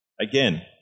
Again